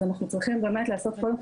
אז אנחנו צריכים באמת לעשות קודם כל